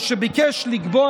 או שביקש לקבוע,